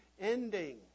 ending